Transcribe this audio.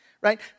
right